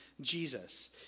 Jesus